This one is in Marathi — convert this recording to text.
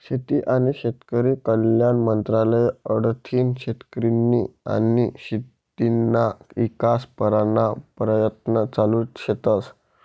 शेती आनी शेतकरी कल्याण मंत्रालय कडथीन शेतकरीस्नी आनी शेतीना ईकास कराना परयत्न चालू शेतस